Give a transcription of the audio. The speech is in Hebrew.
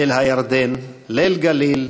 אל הירדן / ליל גליל,